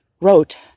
wrote